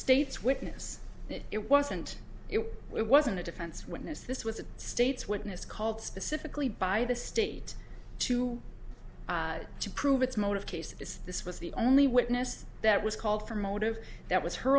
state's witness it wasn't it it wasn't a defense witness this was a state's witness called specifically by the state to to prove its motive case as this was the only witness that was called for motive that was her